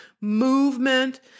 movement